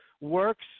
works